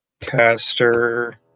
Caster